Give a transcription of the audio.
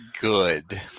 good